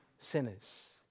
Sinners